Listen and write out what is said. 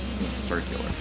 circular